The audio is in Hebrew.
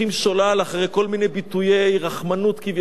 ולא מרחמים על בני עמנו ולא מרחמים על מולדתנו.